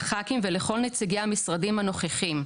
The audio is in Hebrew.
לחברי הכנסת ולכל נציגי המשרדים הנוכחים,